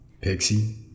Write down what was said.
Pixie